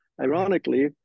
Ironically